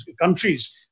countries